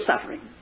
suffering